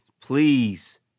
Please